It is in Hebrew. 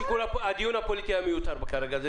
הדיון הפוליטי היה מיותר כרגע.